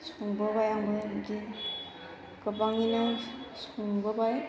संबोबाय आंबो बिदि गोबाङैनो संबोबाय